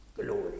glory